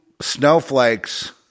snowflakes